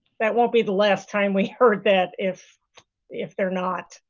that won't be the last time we heard that if if they are not.